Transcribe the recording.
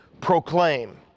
proclaim